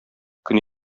көн